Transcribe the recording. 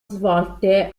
svolte